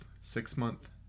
six-month